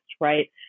right